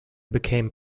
became